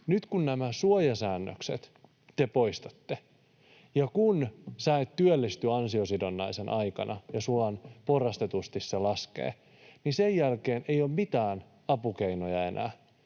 poistatte nämä suojasäännökset ja kun et työllisty ansiosidonnaisen aikana ja se tuki laskee porrastetusti, niin sen jälkeen ei ole mitään apukeinoja enää